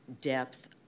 depth